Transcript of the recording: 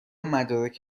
مدارک